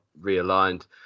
realigned